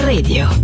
Radio